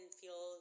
feel